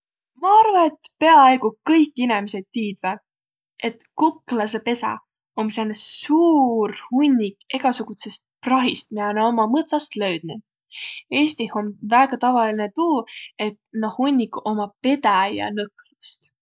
Ma arva, et piaaigu kõik inemiseq tiidväq, et kuklasõpesä om sääne suur hunnik egäsugutsõst prahist, miä nä ommaq mõtsast löüdnüq. Eestih om väega tavalinõ tuu, et nuuq hunnikuq ommaq pedäjänõklust.